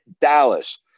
Dallas